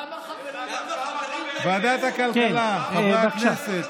כמה חברים, כמה חברים, ועדת הכלכלה, חברי הכנסת: